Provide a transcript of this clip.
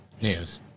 news